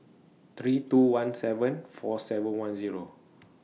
three two one seven four seven one Zero